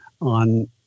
on –